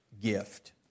Gift